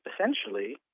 essentially